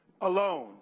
Alone